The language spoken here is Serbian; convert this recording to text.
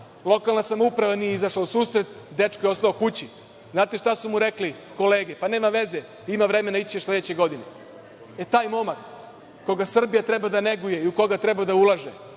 lokalna samouprava nije izašla u susret. Dečko je ostao kući. Znate šta su mu rekle kolege – pa nema veze, ima vremena ići ćeš sledećih godina. Taj momak, koga Srbija treba da neguje i u koga treba da ulaže,